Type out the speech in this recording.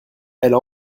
elle